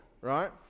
right